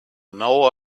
now